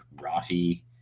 Rafi